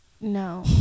no